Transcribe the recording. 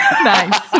Nice